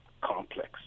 complex